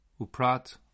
uprat